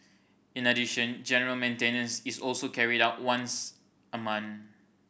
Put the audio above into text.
in addition general maintenance is also carried out once a month